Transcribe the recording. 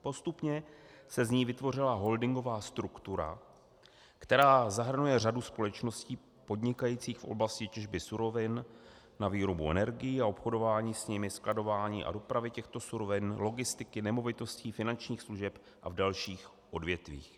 Postupně se z ní vytvořila holdingová struktura, která zahrnuje řadu společností podnikajících v oblasti těžby surovin na výrobu energií a obchodování s nimi, skladování a dopravy těchto surovin, logistiky, nemovitostí, finančních služeb a v dalších odvětvích.